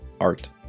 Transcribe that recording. Art